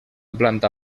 planta